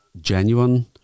genuine